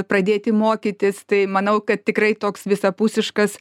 pradėti mokytis tai manau kad tikrai toks visapusiškas